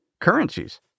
currencies